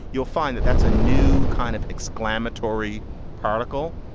you'll find that that's a new kind of exclamatory particle.